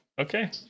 Okay